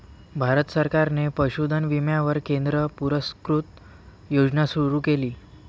भारत सरकारने पशुधन विम्यावर केंद्र पुरस्कृत योजना सुरू केली